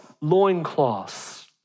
loincloths